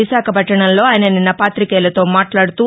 విశాఖపట్టణంలో ఆయన నిన్న పాతికేయులతో మాట్లాడుతూ